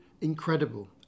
incredible